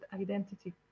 identity